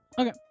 Okay